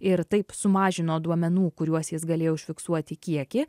ir taip sumažino duomenų kuriuos jis galėjo užfiksuoti kiekį